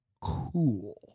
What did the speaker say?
Cool